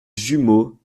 jumeaux